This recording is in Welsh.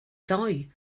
ddoe